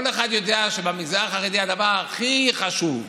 כל אחד יודע שבמגזר החרדי הדבר הכי חשוב,